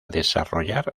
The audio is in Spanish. desarrollar